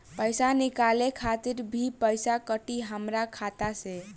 पईसा निकाले खातिर भी पईसा कटी हमरा खाता से?